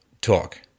talk